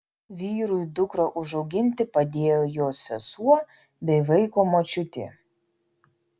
vyrui dukrą užauginti padėjo jo sesuo bei vaiko močiutė